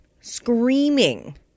screaming